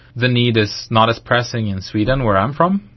the need is not as pressing in sweden where i'm from,